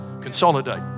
Consolidate